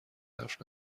حرف